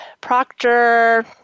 Proctor